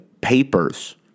papers